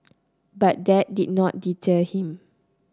but that did not deter him